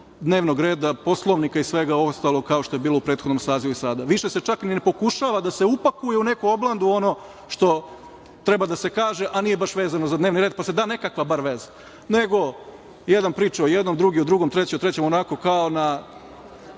dnevnog reda, Poslovnika i svega ostalog kao što je bilo u prethodnom sazivu i sada. Više se čak ni ne pokušava da se upakuje u neku oblandu ono što treba da se kaže, a nije baš vezano za dnevni red, pa se da nekakva bar veza, nego jedan priča o jednom, drugi o drugom, treći o trećem, onako kao kod